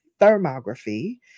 thermography